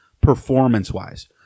performance-wise